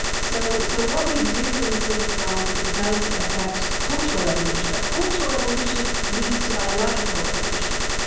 so so what we do in the civic realm does effect cultural evolution. but cultural evolution leads to biological evolution.